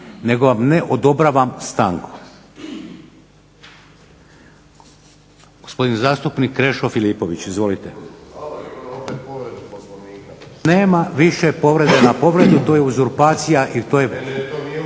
nego ne odobravam stanku. Gospodin zastupnik Krešo Filipović, izvolite. … /Upadica se ne razumije./… Nema više povrede na povredu, to je uzurpacija i to je…